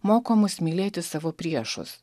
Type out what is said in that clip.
moko mus mylėti savo priešus